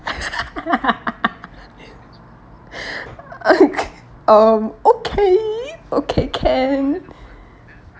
um okay okay can